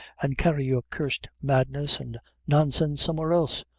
and carry your cursed madness and nonsense somewhere else.